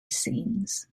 scenes